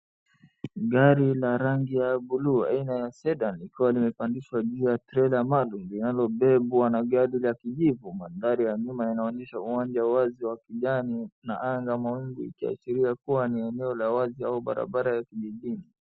Gari la rangi ya bluu aina ya Sedan ikiwa limepandishwa juu trela maalum linalobebwa na gari la kijivu. Mandhari ya nyuma inaonyesha uwanja wazi wa kijani na anga mawingu ikishiaria kuwa ni eneo la wazi au barabara ya kijijini.